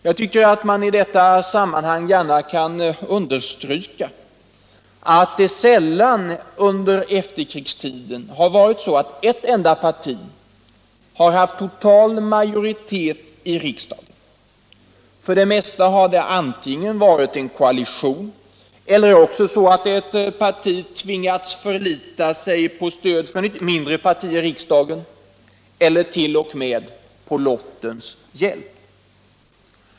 Jag tycker att man i detta sammanhang gärna kan understryka att det under efterkrigstiden sällan har varit så att ett enda parti har haft total majoritet i riksdagen. För det mesta har det antingen varit en koalition eller också har ett parti tvingats förlita sig på stöd från ett mindre parti i riksdagen eller t.o.m. på lottens hjälp.